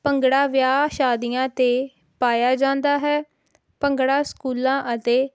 ਭੰਗੜਾ ਵਿਆਹ ਸ਼ਾਦੀਆਂ 'ਤੇ ਪਾਇਆ ਜਾਂਦਾ ਹੈ ਭੰਗੜਾ ਸਕੂਲਾਂ ਅਤੇ